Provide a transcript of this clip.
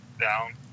down